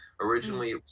Originally